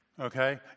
okay